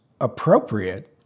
appropriate